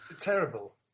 terrible